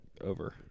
over